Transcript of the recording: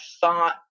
thought